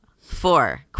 Four